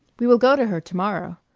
we will go to her to-morrow.